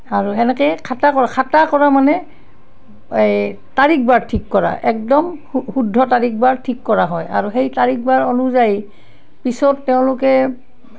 আৰু সেনেকেই খাতা কৰে খাতা কৰা মানে এই তাৰিখ বাৰ ঠিক কৰা একদম শুদ্ধ তাৰিখ বাৰ ঠিক কৰা হয় আৰু সেই তাৰিখ বাৰ অনুযায়ী পিছত তেওঁলোকে